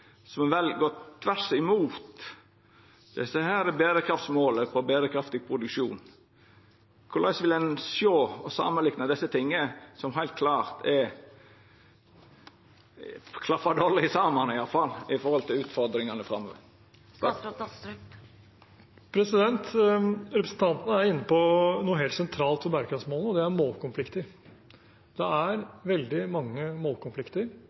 som vel går imot desse berekraftsmåla for berekraftig produksjon. Korleis vil ein sjå på og samanlikna desse tinga, som heilt klart klaffar dårleg med utfordringane framover? Representanten er inne på noe helt sentralt ved bærekraftsmålene, og det er målkonflikter. Det er veldig mange